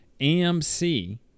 amc